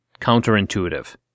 counterintuitive